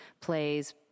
plays